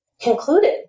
concluded